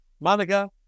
Monica